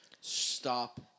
stop